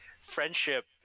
friendship